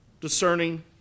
discerning